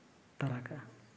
ᱛᱟᱨᱟ ᱠᱟᱜᱼᱟ